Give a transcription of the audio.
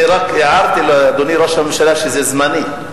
אני רק הערתי לאדוני ראש הממשלה שזה זמני.